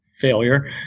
failure